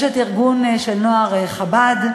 יש ארגון הנוער של חב"ד,